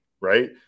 right